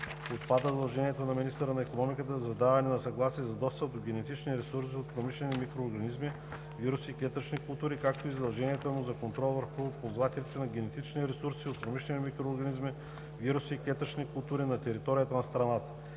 Отпадат задълженията на министъра на икономиката за даване на съгласие за достъп до генетични ресурси от промишлени микроорганизми, вируси и клетъчни култури, както и задълженията му за контрол върху ползвателите на генетични ресурси от промишлени микроорганизми, вируси и клетъчни култури на територията на страната.